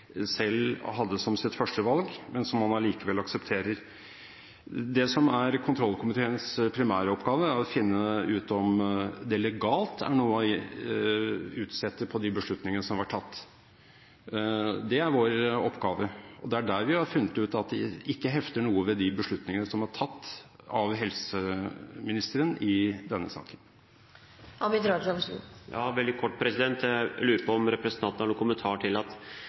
selv hadde som sitt første valg, men som man allikevel aksepterer. Det som er kontrollkomiteens primæroppgave, er å finne ut om det legalt er noe å utsette på de beslutningene som har vært tatt. Det er vår oppgave, og det er der vi har funnet at det ikke hefter noe ved de beslutninger som er tatt av helseministeren i denne saken. Veldig kort: Jeg lurer på om representanten har noen kommentar når han mener det ikke var mulig for statsråden å sikre større legitimitet til